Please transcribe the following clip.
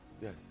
yes